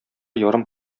ярым